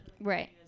Right